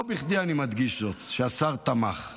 לא בכדי אני מדגיש זאת שהשר תמך,